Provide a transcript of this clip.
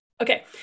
Okay